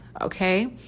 okay